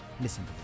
Listen